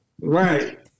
Right